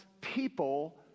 people